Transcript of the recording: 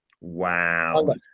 wow